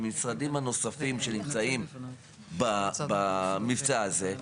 המשרדים הנוספים שנמצאים במבצע הזה,